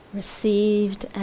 received